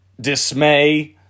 dismay